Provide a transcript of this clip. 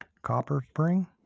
copper spring.